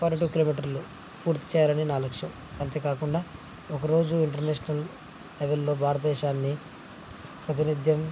for to కిలోమీటర్లు పూర్తి చేయాలని నా లక్ష్యం అంతేకాకుండా ఒకరోజు ఇంటర్నేషనల్ లెవెల్లో భారతదేశాన్ని ప్రాతినిధ్యం